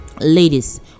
ladies